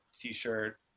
t-shirt